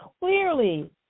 clearly